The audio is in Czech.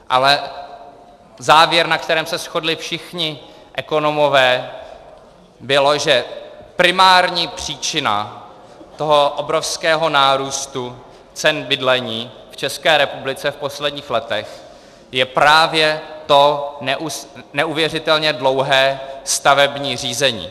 Ale závěr, na kterém se shodli všichni ekonomové, byl, že primární příčina toho obrovského nárůstu cen bydlení v České republice v posledních letech je právě to neuvěřitelně dlouhé stavební řízení.